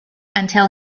until